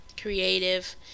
creative